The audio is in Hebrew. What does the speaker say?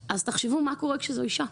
תחשבו מה קורה כשזאת אישה.